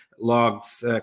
logs